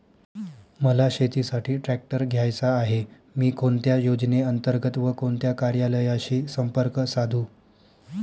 मला शेतीसाठी ट्रॅक्टर घ्यायचा आहे, मी कोणत्या योजने अंतर्गत व कोणत्या कार्यालयाशी संपर्क साधू?